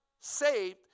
saved